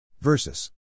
Versus